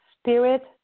Spirit